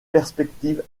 perspectives